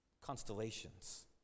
Constellations